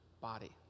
body